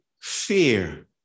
fear